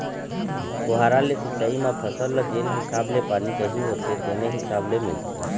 फुहारा ले सिंचई म फसल ल जेन हिसाब ले पानी चाही होथे तेने हिसाब ले मिलथे